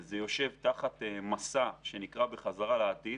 זה יושב תחת מסע שנקרא "בחזרה לעתיד"